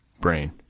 brain